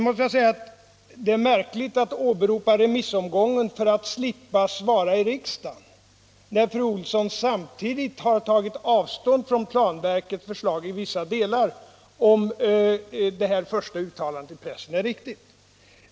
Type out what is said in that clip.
Det är vidare märkligt att fru Olsson åberopar remissomgången för att slippa svara i riksdagen, eftersom hon samtidigt — om nu uttalandet i pressen är riktigt återgivet — har tagit avstånd från planverkets förslag i vissa delar.